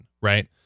right